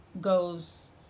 goes